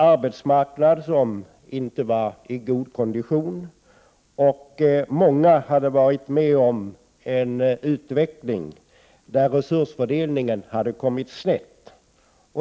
Arbetsmarknaden var inte i god kondition, och många hade fått uppleva en utveckling där resursfördelningen hade kommit snett.